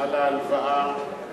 על ההלוואה